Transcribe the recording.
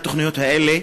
מהתוכניות האלה,